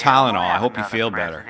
tylenol i hope you feel better